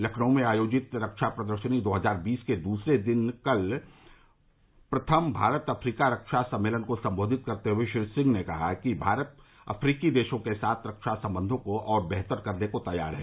लखनऊ में आयोजित रक्षा प्रदर्शनी दो हजार बीस के दूसरे दिन कल प्रथम भारत अफ्रीका रक्षा सम्मेलन को संबोधित करते हुए श्री सिंह ने कहा कि भारत अफ्रीकी देशों के साथ रक्षा संबंधों को और बेहतर करने के लिए तैयार है